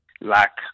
lack